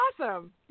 awesome